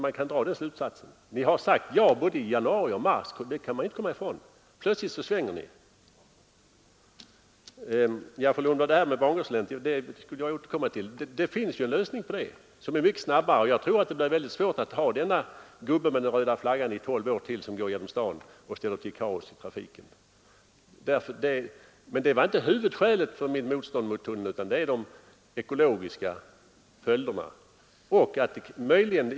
Man kan dra den slutsatsen. Ni har sagt ja i januari och mars, och plötsligt svänger ni. För att återkomma till fru Lundblad och bangårdseländet, så finns det ju en lösning som är mycket snabbare. Jag tror det blir väldigt svårt att i tolv år till ha gubben med den röda flaggan som går genom staden då tågen kommer och ställer till kaos i trafiken. Men det var inte mitt huvudskäl mot tunneln, utan det var de ekologiska följderna.